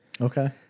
Okay